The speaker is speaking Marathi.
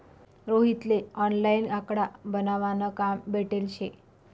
रोहित ले ऑनलाईन आकडा बनावा न काम भेटेल शे